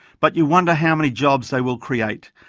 but you wonder how many jobs they will create,